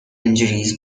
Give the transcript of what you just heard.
injuries